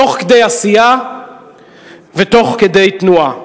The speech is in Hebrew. תוך כדי עשייה ותוך כדי תנועה.